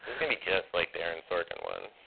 going to be just like the aaron sorkin one.